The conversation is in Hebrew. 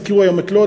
הזכירו היום את לוד,